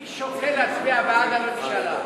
אני שוקל להצביע בעד הממשלה,